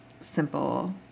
simple